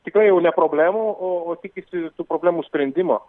tikrai jau ne problemų o tikisi tų problemų sprendimo